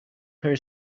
her